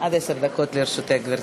עד עשר דקות לרשותך, גברתי.